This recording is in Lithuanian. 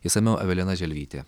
išsamiau evelina želvytė